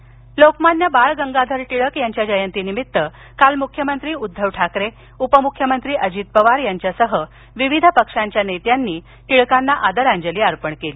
टिळक जयंती लोकमान्य बाळ गंगाधर टिळक यांच्या जयंतीनिमित्त काल मुख्यमंत्री उद्धव ठाकरे उपमुख्यमंत्री अजित पवार यांच्यासह विविध पक्षांच्या नेत्यांनी टिळकांना आदरांजली अर्पण केली